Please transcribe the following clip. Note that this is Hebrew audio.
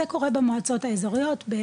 זה קורה במועצות האזוריות,